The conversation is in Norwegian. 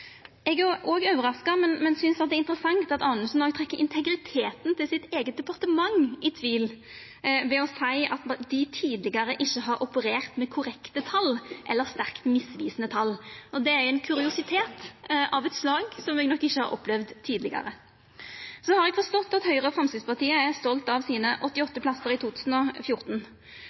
Eg er òg overraska, men synest at det er interessant at Anundsen trekkjer integriteten til sitt eige departement i tvil ved å seia at dei tidlegare ikkje har operert med korrekte tal eller at tala har vore sterkt misvisande. Det er ein kuriositet av eit slag som eg nok ikkje har opplevd tidlegare. Så har eg forstått at Høgre og Framstegspartiet er stolte av sine 88 plassar i 2014,